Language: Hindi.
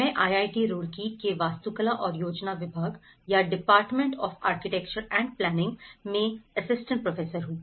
मैं आईआईटी रुड़की के वास्तुकला और योजना विभाग या department of architecture and planning में असिस्टेंट प्रोफेसर हूं